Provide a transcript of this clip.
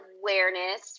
awareness